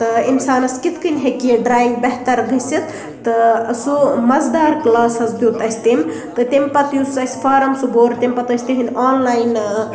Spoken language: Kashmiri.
اِنسانَس کِتھ کنۍ ہیٚکہِ یہِ ڈرایِنٛگ بہتَر گٔژھِتھ تہٕ سُہ مَزٕدار کٕلاس حظ دیُت اَسہ تٔمۍ تہٕ تمہِ پَتہٕ یُس اَسہِ فارَم سُہ بوٚر تمہِ پَتہٕ ٲسۍ تِہِنٛد آنلاین